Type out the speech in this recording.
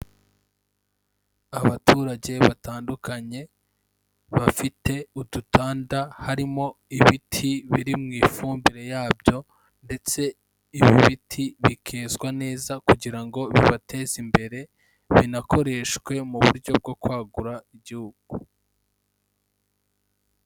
Abaturage batandukanye bafite udutanda, harimo ibiti biri mu ifumbire yabyo ndetse ibi biti bikezwa neza kugira ngo bibateze imbere binakoreshwe mu buryo bwo kwagura igihugu.